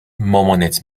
مامانت